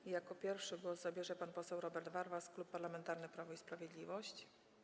I jako pierwszy głos zabierze pan poseł Robert Warwas, Klub Parlamentarny Prawo i Sprawiedliwość.